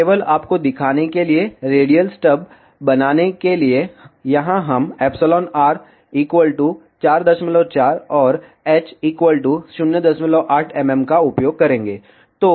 केवल आपको दिखाने के लिए रेडियल स्टब्स बनाने के लिए यहां हम ɛr 44 और h 08 mm का उपयोग करेंगेr